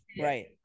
right